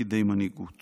לתפקידי מנהיגות